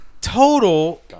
total